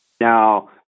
Now